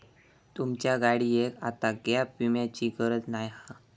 तुमच्या गाडियेक आता गॅप विम्याची गरज नाय हा